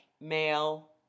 male